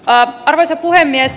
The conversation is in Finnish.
arvoisa puhemies